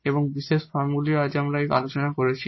এবং পার্টিকুলার ফর্মগুলিও আমরা আজ এই আলোচনা করেছি